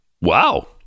Wow